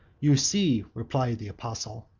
you see, replied the apostle,